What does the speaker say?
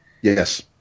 Yes